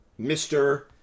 Mr